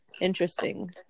interesting